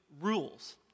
rules